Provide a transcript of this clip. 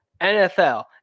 NFL